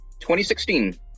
2016